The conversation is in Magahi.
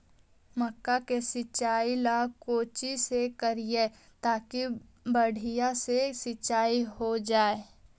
मक्का के सिंचाई ला कोची से करिए ताकी बढ़िया से सींच जाय?